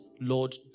Lord